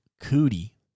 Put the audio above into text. Cootie